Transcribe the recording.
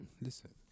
Listen